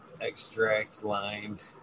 extract-lined